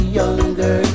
younger